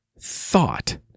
thought